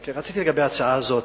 רציתי, לגבי ההצעה הזאת,